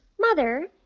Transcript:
Mother